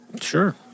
Sure